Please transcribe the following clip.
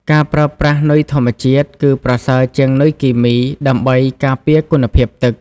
ការប្រើប្រាស់ នុយធម្មជាតិ គឺប្រសើរជាងនុយគីមី ដើម្បីការពារគុណភាពទឹក។